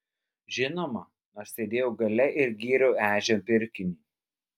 žinoma aš sėdėjau gale ir gyriau ežio pirkinį